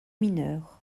mineurs